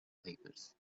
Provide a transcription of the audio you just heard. papers